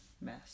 mess